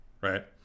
right